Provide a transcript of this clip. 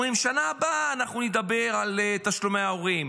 אומרים: בשנה הבאה נדבר על תשלומי הורים,